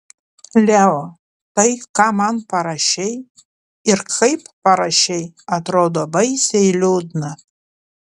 leo tai ką man parašei ir kaip parašei atrodo baisiai liūdna